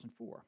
2004